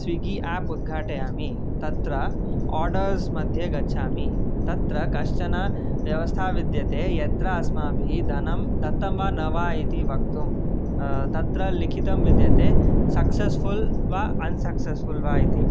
Swiggy app उद्घाटयामि तत्र orders मध्ये गच्छामि तत्र कश्चन व्यवस्था विद्यते यत्र अस्माभिः धनं दत्तं वा न वा इति वक्तुं तत्र लिखितं विद्यते सक्सेस्फ़ुल् वा अन्सक्सेस्फ़ुल् वा इति